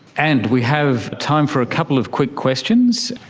and we have time for a couple of quick questions.